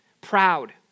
proud